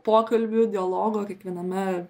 pokalbių dialogo kiekviename